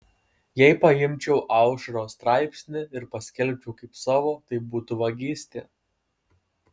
jei paimčiau aušros straipsnį ir paskelbčiau kaip savo tai būtų vagystė